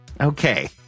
Okay